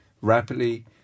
rapidly